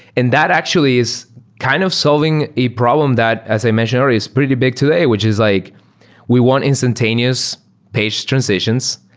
and that actually is kind of solving a problem that, as i mentioned already, it's pretty big today, which is like we want instantaneous page transitions,